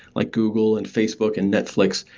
like google and facebook and netflix,